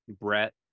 Brett